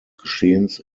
geschehens